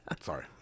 sorry